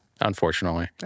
Unfortunately